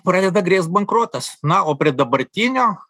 pradeda grės bankrotas na o prie dabartinio